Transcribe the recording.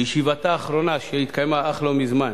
בישיבתה האחרונה, שהתקיימה אך לא מזמן,